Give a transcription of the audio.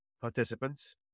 participants